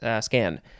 scan